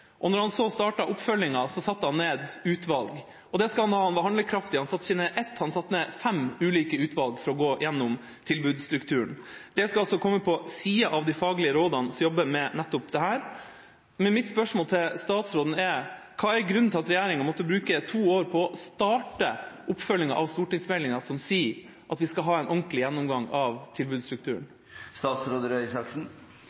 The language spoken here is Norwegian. Og når han så startet oppfølginga, satte han ned utvalg. Og det skal han ha, han var handlekraftig, han satte ikke ned ett utvalg, han satte ned fem ulike utvalg for å gå gjennom tilbudsstrukturen. Det skal altså komme på sida av de faglige rådene som jobber med nettopp dette. Mitt spørsmål til statsråden er: Hva er grunnen til at regjeringa måtte bruke to år på å starte oppfølginga av stortingsmeldinga som sier at vi skal ha en ordentlig gjennomgang av tilbudsstrukturen? Nå er det jo jeg som statsråd